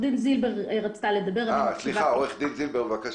זילבר, בבקשה.